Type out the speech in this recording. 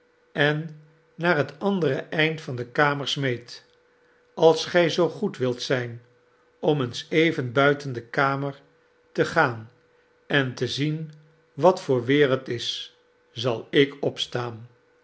en naar het andere eind van de kamer smeet als gij zoo goed wilt zijn om eens even buiten de kamer te gaan en te zien wat voor weer het is zal ik opstaan